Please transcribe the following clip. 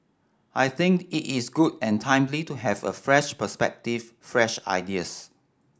I think it is good and timely to have a fresh perspective fresh ideas